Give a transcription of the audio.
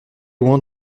loin